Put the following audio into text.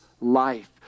life